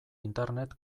internet